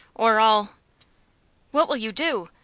or i'll what will you do?